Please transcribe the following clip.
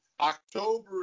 October